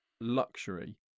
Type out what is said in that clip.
luxury